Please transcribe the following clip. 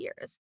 years